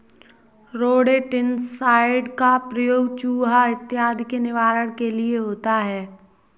rodenticide का प्रयोग चुहा इत्यादि के निवारण के लिए होता है